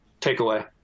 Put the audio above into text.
takeaway